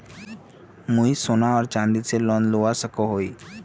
मुई सोना या चाँदी से लोन लुबा सकोहो ही?